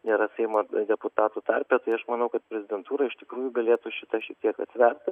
nėra seimo deputatų tarpe tai aš manau kad prezidentūra iš tikrųjų galėtų šitą šiek tiek atsverti